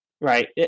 Right